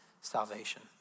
salvation